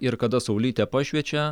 ir kada saulytė pašviečia